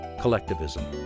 collectivism